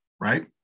right